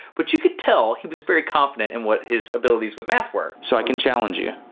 but you could tell he was very confident in what his abilities with math were. so i can challenge you?